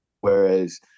whereas